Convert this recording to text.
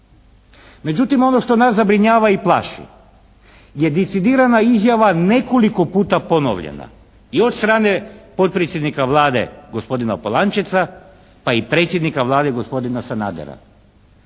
Međutim, ono što nas zabrinjava i plaši je decidirana izjava nekoliko puta ponovljena i od strane potpredsjednika Vlade gospodina Polančeca, pa i predsjednika Vlade gospodina Sanadera.